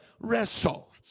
wrestle